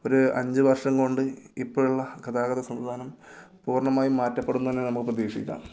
ഒരു അഞ്ച് വർഷം കൊണ്ട് ഇപ്പോൾ ഉള്ള ഗതാഗത സംവിധാനം പൂർണ്ണമായും മാറ്റപ്പെടുമെന്ന് തന്നെ നമുക്ക് പ്രതീക്ഷിക്കാം